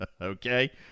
Okay